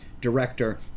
director